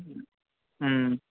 మ్మ్